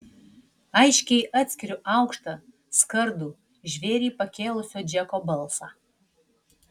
aiškiai atskiriu aukštą skardų žvėrį pakėlusio džeko balsą